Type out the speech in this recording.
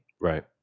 Right